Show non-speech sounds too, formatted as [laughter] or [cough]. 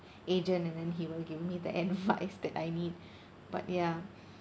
agent and then he will give me the advice [laughs] that I need but ya